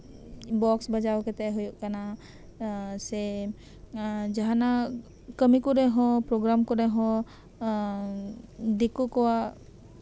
box ᱵᱟᱡᱟᱣ ᱠᱟᱛᱮᱫ ᱦᱩᱭᱩᱜ ᱠᱟᱱᱟ ᱥᱮ ᱡᱟᱦᱟᱸᱱᱟᱜ ᱠᱟᱹᱢᱤ ᱠᱚᱨᱮ ᱦᱚᱸ ᱯᱨᱳᱜᱨᱟᱢ ᱠᱚᱨᱮᱦᱚᱸ ᱫᱤᱠᱩ ᱠᱚᱣᱟᱜ